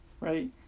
right